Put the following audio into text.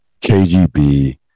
KGB